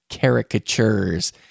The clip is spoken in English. caricatures